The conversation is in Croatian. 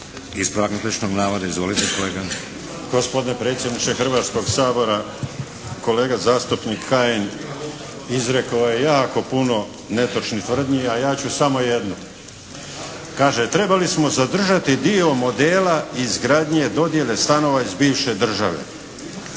ispravak netočnog navoda. Izvolite kolega. **Širac, Marko (HDZ)** Gospodine predsjedniče Hrvatskog sabora, kolega zastupnik Kajin izrekao je jako puno netočnih tvrdnji, a ja ću samo jedno. Kaže, trebali smo zadržati dio modela izgradnje dodjele stanova iz bivše države.